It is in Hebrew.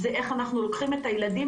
זה איך אנחנו לוקחים את הילדים.